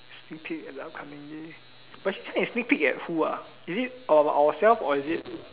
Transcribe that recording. sneak peek at the upcoming day but sneak peek but sneak at who ah is it our ourselves or is it